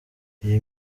iyi